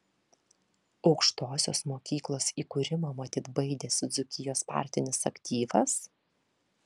aukštosios mokyklos įkūrimo matyt baidėsi dzūkijos partinis aktyvas